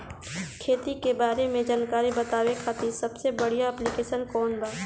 खेती के बारे में जानकारी बतावे खातिर सबसे बढ़िया ऐप्लिकेशन कौन बा?